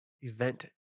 event